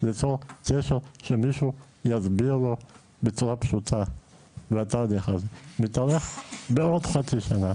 ליצור קשר שמישהו יסביר לו בצורה פשוטה והתור מתארך בעוד חצי שנה,